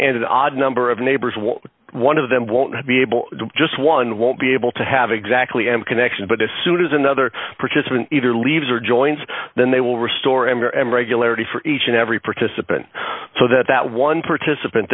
an odd number of neighbors what one of them won't be able to just one won't be able to have exactly m connection but as soon as another participant either leaves or joins then they will restore amber and regularity for each and every participant so that that one participant